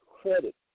credit